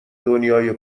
دنیای